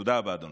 תודה רבה, אדוני.